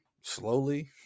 slowly